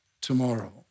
tomorrow